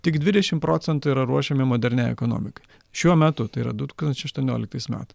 tik dvidešim procentų yra ruošiami moderniai ekonomikai šiuo metu tai yra du tūkstančiai aštuonioliktais met